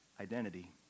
identity